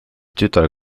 tütar